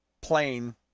plane